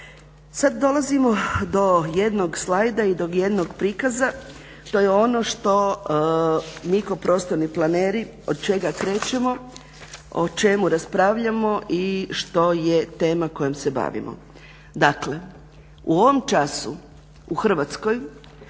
Sad dolazimo do jednog slajda i do jednog prikaza. To je ono što mi kao prostorni planeri od čega krećemo, o čemu raspravljamo i što je tema kojom se bavimo. Dakle u ovom času u Hrvatskoj